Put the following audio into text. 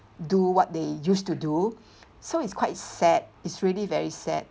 do what they used to do so is quite sad it's really very sad